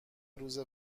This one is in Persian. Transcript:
روز